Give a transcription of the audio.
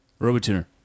RoboTuner